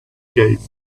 gates